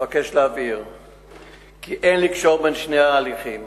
אבקש להבהיר כי אין לקשור בין שני ההליכים